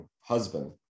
husband